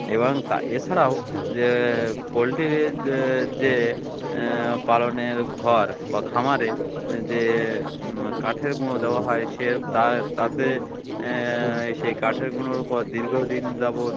এবং তা এছাড়াও যে পোলট্রির যে পালনের ঘর বা খামারে যে কাঠের গুঁড়ো দেওয়া হয় সে তা তাতে সেই কাঠের গুঁড়োর ও উপর দীর্ঘদিন যাবত